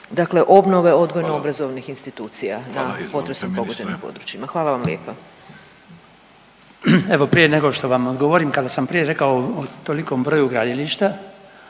dakle obnove odgojno obrazovnih …/Upadica: Hvala./… institucija na potresom pogođenim područjima. Hvala vam lijepa. **Bačić, Branko (HDZ)** Evo prije nego što vam odgovorim, kada sam prije rekao o tolikom broju gradilišta